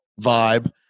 vibe